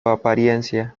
apariencia